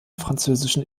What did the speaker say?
französischen